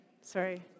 sorry